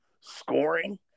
Scoring